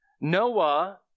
Noah